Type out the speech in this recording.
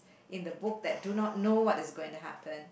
in the book that do not know what is going to happen